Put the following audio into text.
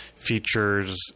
features